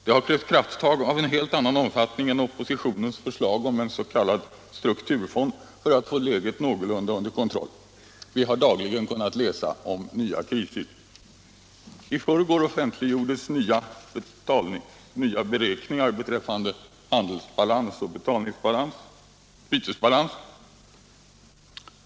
Det har krävts krafttag av en helt annan omfattning än oppositionens förslag om bildandet av en s.k. strukturfond för att få läget någorlunda under kontroll. Vi har dagligen kunnat läsa om nya kriser. I förrgår offentliggjordes nya beräkningar beträffande handelsbalans och bytesbalans.